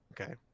Okay